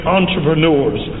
entrepreneurs